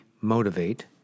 motivate